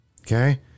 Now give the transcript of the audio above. okay